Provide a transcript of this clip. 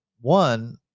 one